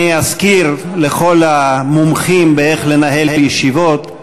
אני אזכיר לכל המומחים באיך לנהל ישיבות,